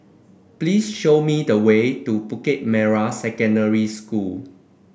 please show me the way to Bukit Merah Secondary School